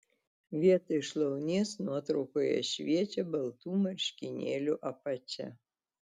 vietoj šlaunies nuotraukoje šviečia baltų marškinėlių apačia